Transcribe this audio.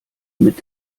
mit